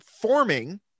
forming